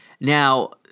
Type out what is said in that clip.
now